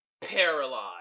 Paralyzed